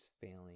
failing